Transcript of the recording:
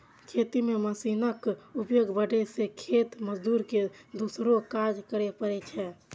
खेती मे मशीनक उपयोग बढ़ै सं खेत मजदूर के दोसरो काज करै पड़ै छै